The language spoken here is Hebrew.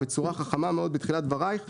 בצורה חכמה מאוד בתחילת דברייך,